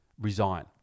resign